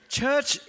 Church